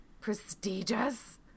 prestigious